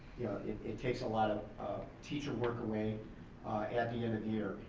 it it takes a lot of teacher work away at the end of the year.